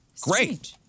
Great